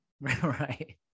Right